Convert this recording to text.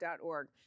org